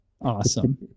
Awesome